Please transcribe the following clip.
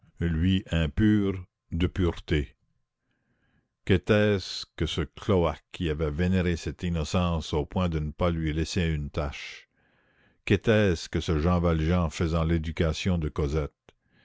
lui impur de pureté qu'était-ce que ce cloaque qui avait vénéré cette innocence au point de ne pas lui laisser une tache qu'était-ce que ce jean valjean faisant l'éducation de cosette